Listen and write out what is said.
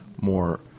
more